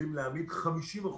נדע להעמיד 50%